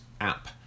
app